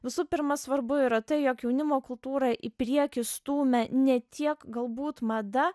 visų pirma svarbu yra tai jog jaunimo kultūrą į priekį stūmė ne tiek galbūt mada